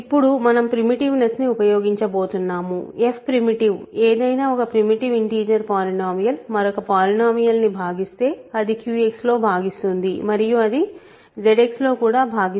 ఇప్పుడు మనం ప్రిమిటివ్ నెస్ని ఉపయోగించబోతున్నాము f ప్రిమిటివ్ ఏదైనా ఒక ప్రిమిటివ్ ఇంటీజర్ పాలినోమియల్ మరొక పాలినోమియల్ని భాగిస్తే అది QX లో భాగిస్తుంది మరియు అది ZX లో కూడా భాగిస్తుంది